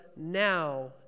now